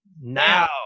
now